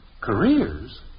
Careers